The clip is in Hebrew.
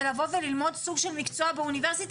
לבוא וללמוד סוג של מקצוע באוניברסיטה,